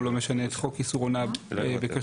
הוא לא משנה את חוק איסור הונאה בכשרות,